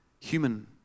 human